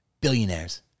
Billionaires